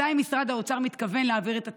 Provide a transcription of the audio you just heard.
1. מתי משרד האוצר מתכוון להעביר את התקציב?